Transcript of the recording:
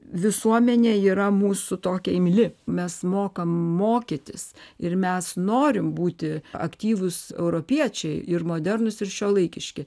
visuomenė yra mūsų tokia imli mes mokam mokytis ir mes norim būti aktyvūs europiečiai ir modernūs ir šiuolaikiški